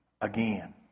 again